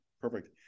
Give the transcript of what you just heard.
Perfect